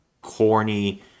corny